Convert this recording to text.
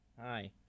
Hi